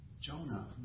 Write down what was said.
Jonah